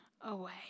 away